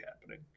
happening